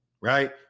right